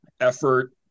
effort